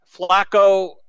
Flacco